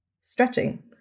stretching